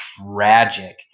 tragic